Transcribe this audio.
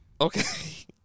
Okay